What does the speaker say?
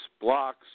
blocks